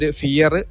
fear